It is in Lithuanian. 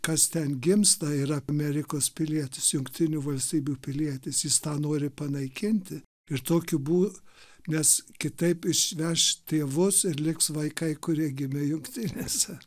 kas ten gimsta yra amerikos pilietis jungtinių valstybių pilietis jis tą nori panaikinti ir tokiu bū nes kitaip išveš tėvus ir liks vaikai kurie gimė jungtinėse